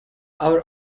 our